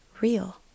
real